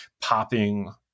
popping